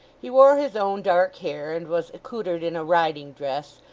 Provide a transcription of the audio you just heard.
he wore his own dark hair, and was accoutred in a riding dress,